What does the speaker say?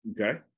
Okay